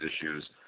issues